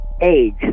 age